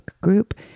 group